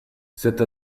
cette